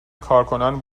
کارکنان